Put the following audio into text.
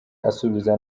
asubiza